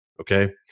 Okay